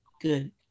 good